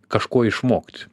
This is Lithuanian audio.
kažko išmokt